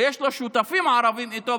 ויש לו שותפים ערבים איתו,